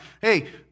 hey